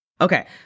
Okay